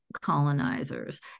colonizers